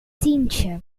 tientje